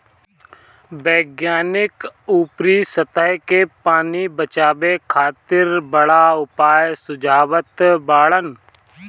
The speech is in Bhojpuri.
वैज्ञानिक ऊपरी सतह के पानी बचावे खातिर बड़ा उपाय सुझावत बाड़न